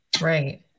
Right